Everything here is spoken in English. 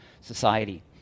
society